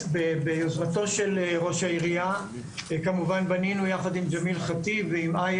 ביוזמתו של ראש העירייה כמובן בנינו יחד עם ג'מיל חטיב ועם איה